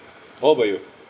what about you